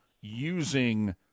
using